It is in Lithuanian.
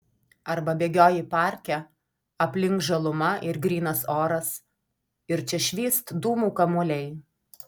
arba bėgioji parke aplink žaluma ir grynas oras ir čia švyst dūmų kamuoliai